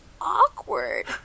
awkward